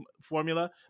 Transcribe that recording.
formula